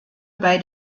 bei